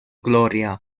gloria